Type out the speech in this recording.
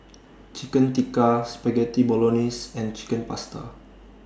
Chicken Tikka Spaghetti Bolognese and Chicken Pasta